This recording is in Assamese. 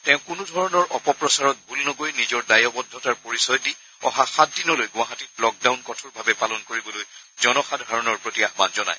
তেওঁ কোনো ধৰণৰ অপপ্ৰচাৰত ভোল নগৈ নিজৰ দায়বদ্ধতাৰ পৰিচয় দি অহা সাত দিনলৈ গুৱাহাটীত লকডাউন কঠোৰভাৱে পালন কৰিবলৈ জনসাধাৰণৰ প্ৰতি আহান জনায়